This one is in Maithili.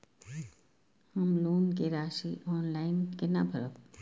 हम लोन के राशि ऑनलाइन केना भरब?